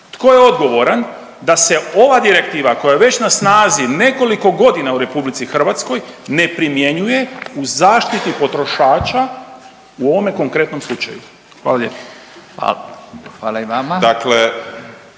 tko je odgovoran da se ova direktiva koja je već na snazi nekoliko godina u RH ne primjenjuje u zaštititi potrošača u ovome konkretnom slučaju? Hvala lijepo. **Radin,